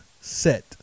set